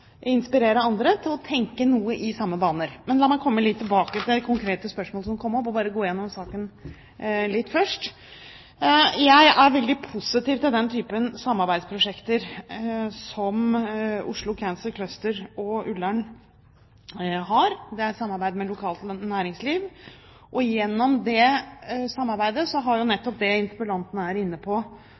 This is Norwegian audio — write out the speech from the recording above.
inspirere andre til å tenke litt i samme baner. Men la meg komme tilbake til det konkrete spørsmål som kom opp, og bare gå gjennom saken litt først. Jeg er veldig positiv til den type samarbeidsprosjekter som Oslo Cancer Cluster og Ullern har, et samarbeid med lokalt næringsliv. Gjennom det samarbeidet har jo nettopp det interpellanten var inne på,